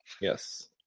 yes